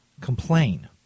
complain